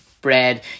bread